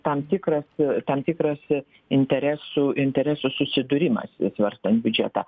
tam tikras tam tikras interesų interesų susidūrimas ir svarstant biudžetą